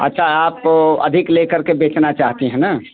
अच्छा आप अधिक लेकर के बेचना चाहती हैं न